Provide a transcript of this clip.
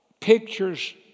pictures